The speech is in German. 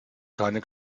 keine